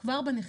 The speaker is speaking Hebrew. בוסטר,